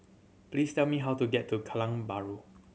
please tell me how to get to Kallang Bahru